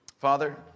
Father